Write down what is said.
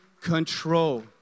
control